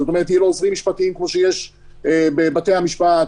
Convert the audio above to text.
זאת אומרת שיהיו לו עוזרים משפטיים כמו שיש בבתי המשפט,